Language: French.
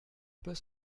peut